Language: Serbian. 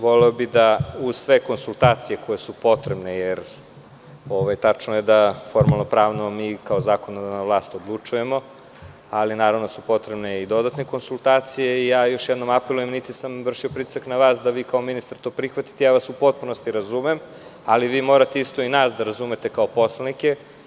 Voleo bih da, uz sve konsultacije koje su potrebne, jer je tačno da formalno-pravno mi kao zakonodavna vlast odlučujemo, ali su potrebne i dodatne konsultacije i još jednom apelujem, niti sam vršio pritisak na vas da vi kao ministar to prihvatite, u potpunosti vas razumem, ali morate i vi nas da razumete kao poslanike.